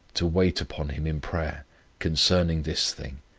to wait upon him in prayer concerning this thing,